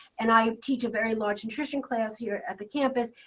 and i teach a very large nutrition class here at the campus.